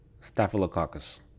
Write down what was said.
Staphylococcus